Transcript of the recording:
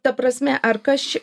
ta prasme ar kas čia